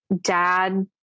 dad